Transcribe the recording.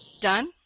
Done